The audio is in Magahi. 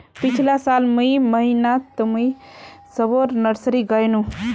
पिछला साल मई महीनातमुई सबोर नर्सरी गायेनू